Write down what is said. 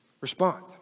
respond